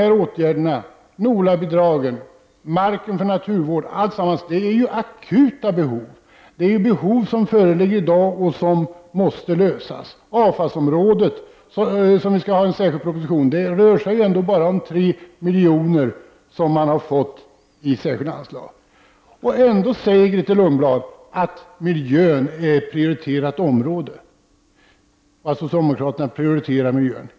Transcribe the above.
Men åtgärder som höjda NOLA-bidrag och naturvård är akuta. Behoven måste tillgodoses. På avfallsområdet, om vilket det kommer en särskild proposition, har man bara fått ett särskilt anslag på 3 milj.kr. Ändå säger Grethe Lundblad att miljön är ett av socialdemokraterna prioriterat område.